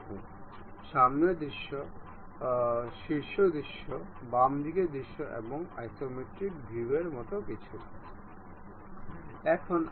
আসুন আমরা কেবল এটি লোড করি আমি এটি মুছে ফেলব